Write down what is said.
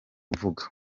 uvuga